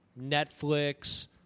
Netflix